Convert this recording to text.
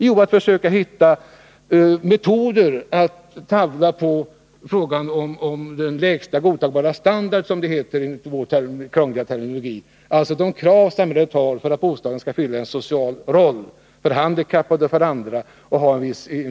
Jo, den försöker försämra den lägsta godtagbara standarden, som det heter enligt vår krångliga terminologi. Det rör sig alltså om de krav som samhället ställer upp för att bostaden skall kunna fylla en social uppgift när det gäller handikappade och andra.